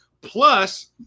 Plus